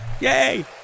Yay